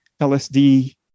lsd